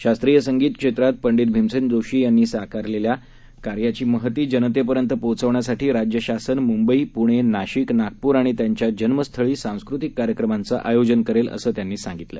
शास्त्रीय संगीत क्षेत्रात पंडित भीमसेन जोशी यांनी केलेल्या कार्याची महती जनतेपर्यंत पोचवण्यासाठी राज्यशासन मुंबई पुणे नाशिक नागपूर आणि त्यांच्या जन्मस्थळी सांस्कृतिक कार्यक्रमांच आयोजन त्यांनी सांगितलं